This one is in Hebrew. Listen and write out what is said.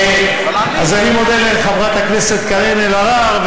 אז אני מודה לחברת הכנסת קארין אלהרר,